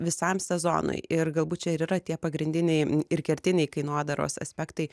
visam sezonui ir galbūt čia ir yra tie pagrindiniai ir kertiniai kainodaros aspektai